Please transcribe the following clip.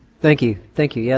thank you, thank you, yeah